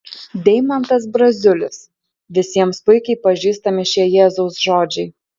deimantas braziulis visiems puikiai pažįstami šie jėzaus žodžiai